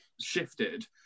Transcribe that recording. shifted